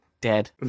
dead